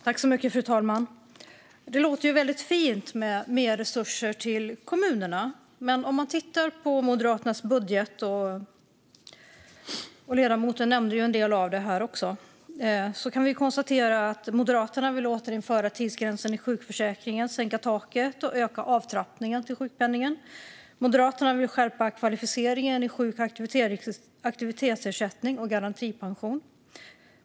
Fru talman! Det låter väldigt fint med mer resurser till kommunerna, men om vi tittar på Moderaternas budget - och ledamoten Jan Ericson nämnde en del av det här - kan vi konstatera att Moderaterna vill återinföra tidsgränsen i sjukförsäkringen samt sänka taket och öka avtrappningen i sjukpenningen. Moderaterna vill skärpa kvalificeringen till sjuk och aktivitetsersättning och garantipension.